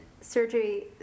surgery